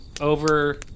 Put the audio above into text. over